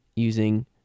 using